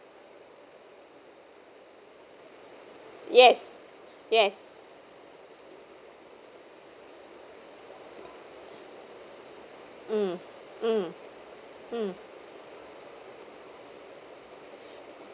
yes yes mm mm mm